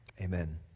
Amen